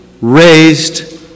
raised